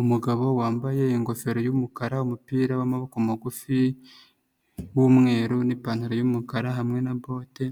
Umugabo wambaye ingofero y'umukara umupira w'amaboko magufi, w'umweru n'ipantaro y'umukara hamwe na bote,